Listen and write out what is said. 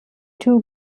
two